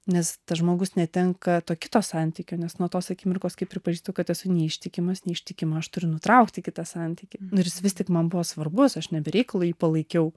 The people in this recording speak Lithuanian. nes tas žmogus netenka to kito santykio nes nuo tos akimirkos kai pripažįstu kad esu neištikimas neištikima aš turiu nutraukti kitą santykį nu ir jis vis tik man buvo svarbus aš ne be reikalo jį palaikiau